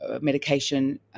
medication